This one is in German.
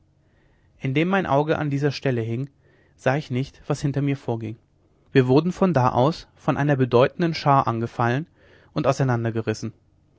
indem mein auge an dieser stelle hing sah ich nicht was hinter mir vorging wir wurden von da aus von einer bedeutenden schar angefallen und